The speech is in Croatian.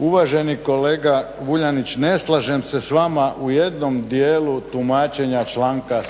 Uvaženi kolega Vuljanić ne slažem se s vama u jednom dijelu tumačenja članka